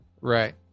Right